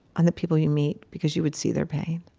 on the people you meet, because you would see their pain.